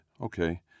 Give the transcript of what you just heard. Okay